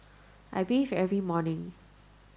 I bathe every morning